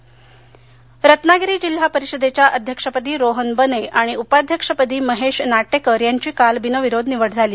रत्नागिरी रत्नागिरी जिल्हा परिषदेच्या अध्यक्षपदी रोहन बने आणि उपाध्यक्षपदी महेश नाटेकर यांची काल बिनविरोध निवड झाली